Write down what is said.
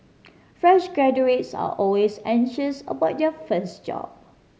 fresh graduates are always anxious about their first job